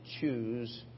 choose